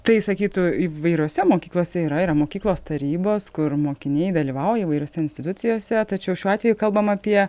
tai sakytų įvairiose mokyklose yra yra mokyklos tarybos kur mokiniai dalyvauja įvairiose institucijose tačiau šiuo atveju kalbama apie